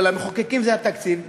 או למחוקקים זה התקציב,